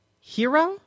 Hero